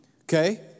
Okay